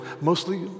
mostly